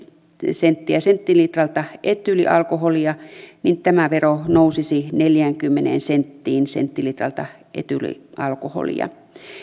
senttiä senttilitralta etyylialkoholia niin tämä vero nousisi neljäänkymmeneen senttiin senttilitralta etyylialkoholia